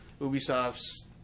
Ubisoft's